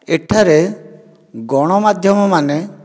ଏଠାରେ ଗଣମାଧ୍ୟମ ମାନେ